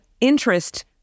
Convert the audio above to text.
interest